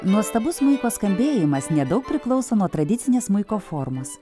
nuostabus smuiko skambėjimas nedaug priklauso nuo tradicinės smuiko formos